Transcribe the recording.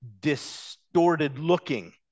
distorted-looking